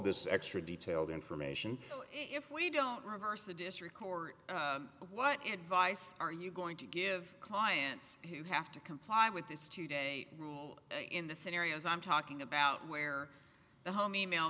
this extra detailed information if we don't reverse the district court what advice are you going to give clients who have to comply with this today in the scenarios i'm talking about where the home email